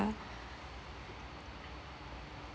lah